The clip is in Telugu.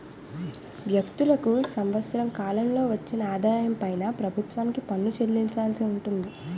వ్యక్తులకు సంవత్సర కాలంలో వచ్చిన ఆదాయం పైన ప్రభుత్వానికి పన్ను చెల్లించాల్సి ఉంటుంది